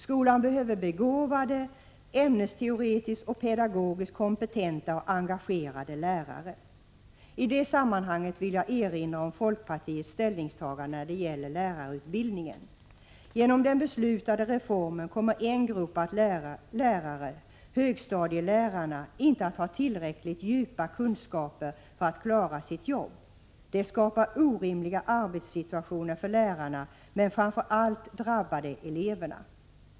Skolan behöver begåvade, ämnesteoretiskt och pedagogiskt kompetenta och engagerade lärare. I det sammanhanget vill jag erinra om folkpartiets ställningstagande när det gäller lärarutbildningen. Genom den beslutade reformen kommer en grupp lärare, högstadielärarna, inte att ha tillräckligt djupa kunskaper för att klara sitt jobb bra. Det skapar orimliga arbetssituationer för lärarna, men framför allt drabbar det eleverna.